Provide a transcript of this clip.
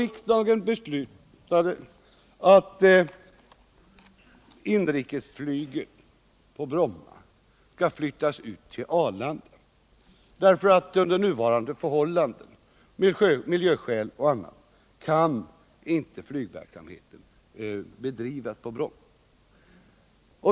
Riksdagen beslutade att inrikesflyget på Bromma skall flyttas ut till Arlanda därför att flygverksamhet under nuvarande förhållanden, av miljöskäl m.m., inte kan bedrivas på Bromma.